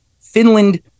Finland